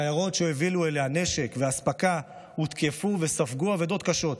שיירות שהובילו אליה נשק ואספקה הותקפו וספגו אבדות קשות.